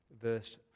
verse